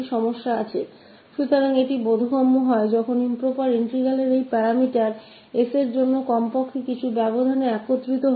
तू यह सभी मायने रखता है जब इन प्रॉपर इंटीग्रल कुछ इंटरवेल में s में converge होता है